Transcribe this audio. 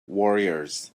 warriors